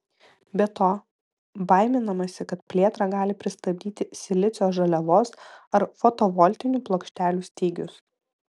be to baiminamasi kad plėtrą gali pristabdyti silicio žaliavos ar fotovoltinių plokštelių stygius